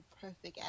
perfect